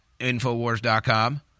InfoWars.com